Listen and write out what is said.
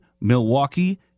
Milwaukee